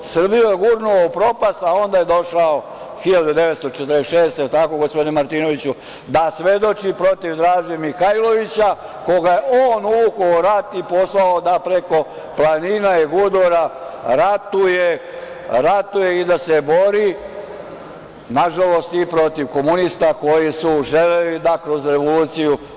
Srbiju je gurnuo u propast, a onda došao 1946. godine, jel tako gospodine Martinoviću, da svedoči protiv Draže Mihajlovića koga je on uvukao u rat i poslao da preko planina i gudura ratuje i da se bori, nažalost i protiv komunista koji su želeli da kroz revoluciju.